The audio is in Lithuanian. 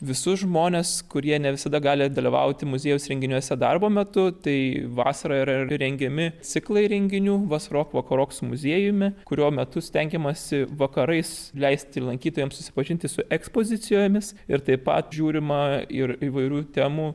visus žmones kurie ne visada gali dalyvauti muziejaus renginiuose darbo metu tai vasarą yra rengiami ciklai renginių vasarok vakarok su muziejumi kurio metu stengiamasi vakarais leisti lankytojams susipažinti su ekspozicijomis ir taip pat žiūrima ir įvairių temų